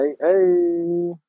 hey